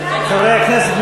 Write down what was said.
חברי הכנסת,